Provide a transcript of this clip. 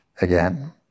again